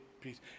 peace